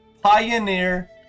Pioneer